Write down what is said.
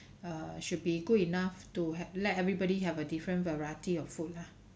err should be good enough to ha~ let everybody have a different variety of food lah